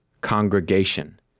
congregation